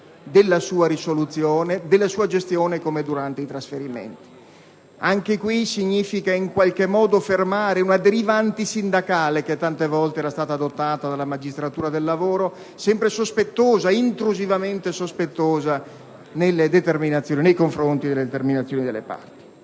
della sua risoluzione e della sua gestione, come durante i trasferimenti. Anche questo significa in qualche modo fermare una deriva antisindacale che tante volte era stata adottata dalla magistratura del lavoro, sempre intrusivamente sospettosa nei confronti delle determinazioni delle parti.